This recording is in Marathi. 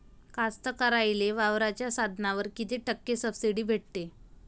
कास्तकाराइले वावराच्या साधनावर कीती टक्के सब्सिडी भेटते?